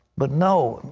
but, no,